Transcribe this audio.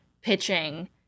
pitching